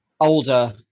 Older